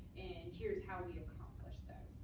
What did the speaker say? and here's how we accomplish this.